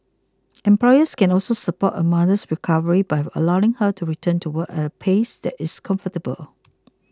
employers can also support a mother's recovery by allowing her to return to work at a pace that is comfortable